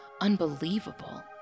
unbelievable